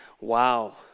wow